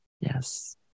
Yes